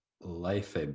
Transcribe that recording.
life